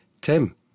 Tim